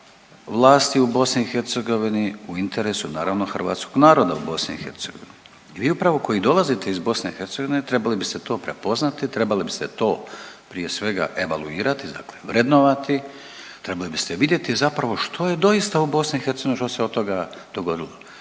vlasti u BiH u interesu naravno hrvatskog naroda u BiH. I vi upravo koji dolazite iz BiH trebali biste to prepoznati, trebali biste to prije svega evaluirati dakle vrednovati, trebali biste vidjeti zapravo što je doista u BiH što se od toga dogodilo.